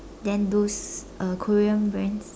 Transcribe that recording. then those uh Korean brands